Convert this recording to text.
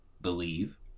believe